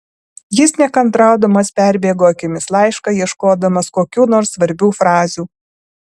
jis nekantraudamas perbėgo akimis laišką ieškodamas kokių nors svarbių frazių